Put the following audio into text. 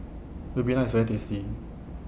Ribena IS very tasty